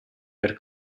per